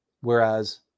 Whereas